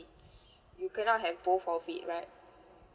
it's you cannot have both of it right